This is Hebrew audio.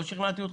לא שכנעתי אתכם?